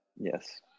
Yes